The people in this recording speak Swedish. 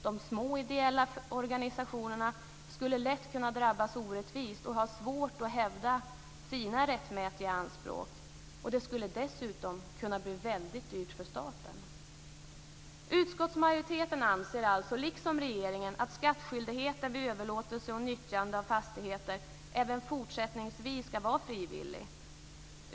De små ideella organisationerna skulle lätt kunna drabbas orättvist och ha svårt att hävda sina rättmätiga anspråk. Det skulle dessutom kunna bli väldigt dyrt för staten. Utskottsmajoriteten anser alltså, liksom regeringen, att skattskyldigheten vid överlåtelse och nyttjande av fastigheter även fortsättningsvis ska vara frivillig.